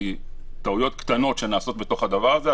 כי טעויות קטנות שנעשות בתוך הדבר הזה,